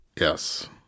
Yes